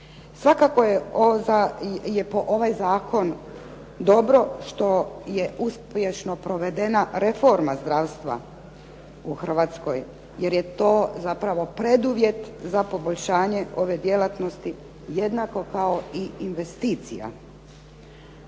Svakako je za ovaj zakon dobro što je uspješno provedena reforma zdravstva u Hrvatskoj, jer je to zapravo preduvjet za poboljšanje ove djelatnosti jednako kao i investicija.